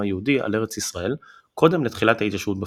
היהודי על ארץ ישראל קודם לתחילת ההתיישבות בפועל,